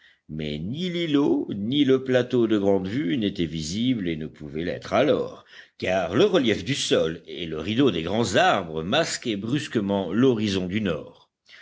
mais ni l'îlot ni le plateau de grande vue n'étaient visibles et ne pouvaient l'être alors car le relief du sol et le rideau des grands arbres masquaient brusquement l'horizon du nord